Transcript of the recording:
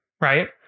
Right